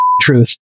truth